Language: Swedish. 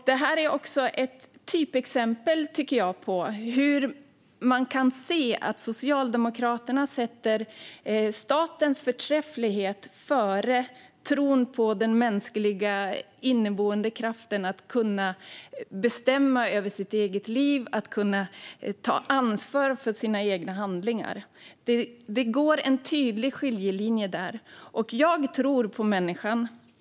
Detta är ett typexempel på hur man kan se Socialdemokraterna sätta statens förträfflighet före tron på människans inneboende kraft att kunna bestämma över sitt eget liv och att kunna ta ansvar för de egna handlingarna. Det går en tydlig skiljelinje där. Jag tror på människan.